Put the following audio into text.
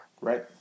right